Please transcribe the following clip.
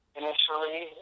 initially